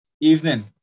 evening